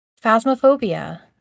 Phasmophobia